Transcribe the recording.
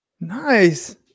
Nice